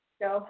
go